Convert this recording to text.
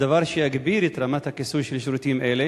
דבר שיגביר את רמת הכיסוי של שירותים אלה